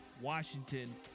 Washington